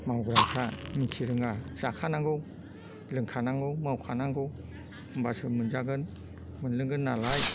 मावग्राफ्रा मोनथिरोङा जाखानांगौ लोंखानांगौ मावखानांगौ होमबासो मोनजागोन मोनलोंगोन नालाय